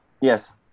yes